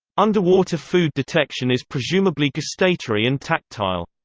underwater food detection is presumably gustatory and tactile.